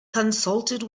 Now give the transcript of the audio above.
consulted